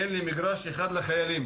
אין לי מגרש אחד לחיילים.